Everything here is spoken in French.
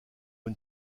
une